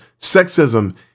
sexism